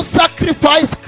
sacrifice